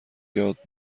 یاد